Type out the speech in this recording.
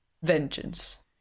Vengeance